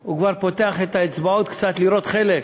הוא כבר פותח את האצבעות קצת, לראות חלק.